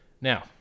Now